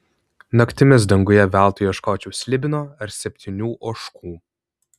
naktimis danguje veltui ieškočiau slibino ar septynių ožkų